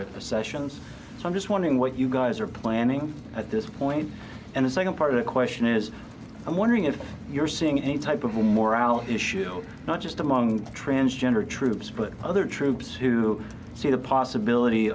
the sessions so i'm just wondering what you guys are planning at this point and the second part of the question is i'm wondering if you're seeing any type of more out issue not just among transgendered troops but other troops who see the possibility